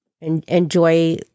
enjoy